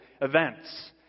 events